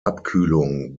abkühlung